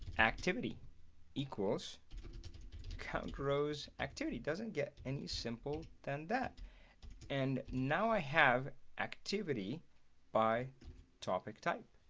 activity equals count grows activity doesn't get any simple than that and now i have activity by topic type